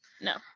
No